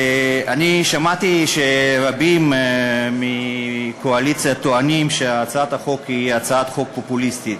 אני שמעתי שרבים מהקואליציה טוענים שהצעת החוק היא הצעת חוק פופוליסטית.